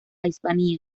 hispania